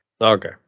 okay